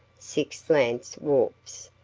six lance warps,